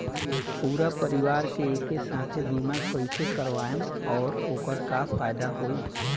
पूरा परिवार के एके साथे बीमा कईसे करवाएम और ओकर का फायदा होई?